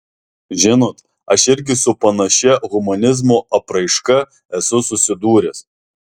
žinot aš irgi su panašia humanizmo apraiška esu susidūręs